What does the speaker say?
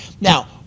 now